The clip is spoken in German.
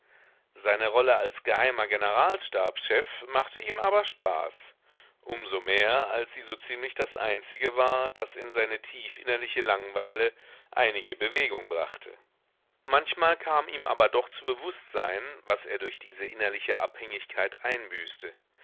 seine rolle als geheimer generalstabschef machte ihm aber spaß um so mehr als sie so ziemlich das einzige war das in seine tiefinnerliche langweile einige bewegung brachte manchmal kam ihm aber doch zu bewußtsein was er durch diese innerliche abhängigkeit einbüßte